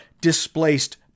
displaced